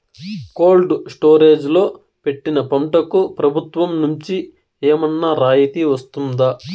Cold storage లో పెట్టిన పంటకు ప్రభుత్వం నుంచి ఏమన్నా రాయితీ వస్తుందా?